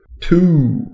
Two